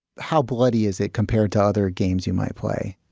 how bloody is it compared to other games you might play?